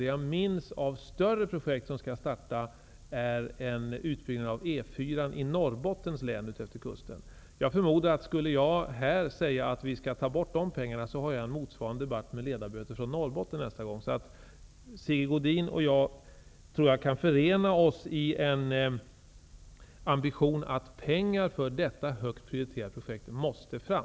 Det jag minns av större projekt som skall starta är en utbyggnad av E 4:an utefter kusten i Norrbottens län. Om jag emellertid här skulle säga att pengarna för det projektet skall tas i anspråk, har jag en motsvarande debatt med ledamöter från Norrbotten nästa gång. Sigge Godin och jag kan säkert förena oss i ambitionen att pengar för detta projekt måste fram.